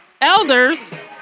elders